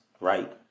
right